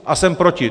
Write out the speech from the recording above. A jsem proti.